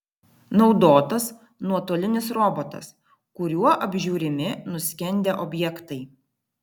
naudotas nuotolinis robotas kuriuo apžiūrimi nuskendę objektai